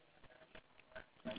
today cannot